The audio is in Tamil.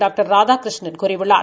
டாக்டர் ராதாகிருஷ்ணன் கூறியுள்ளார்